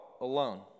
alone